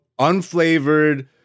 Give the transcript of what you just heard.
unflavored